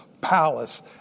palace